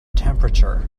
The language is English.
temperature